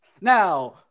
Now